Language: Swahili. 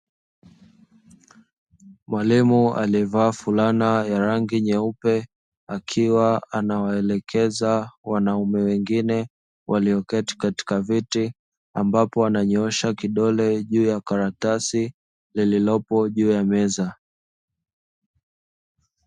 Mwalimu aliyevaa fulana ya rangi nyeupe akiwa anawaelekeza wanafunzi wengine walioketi katika viti, ambapo ananyoosha kidole juu ya karatasi lililopo juu ya meza.